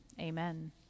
amen